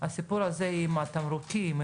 הסיפור הזה עם התמרוקים,